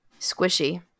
Squishy